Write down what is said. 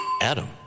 Adam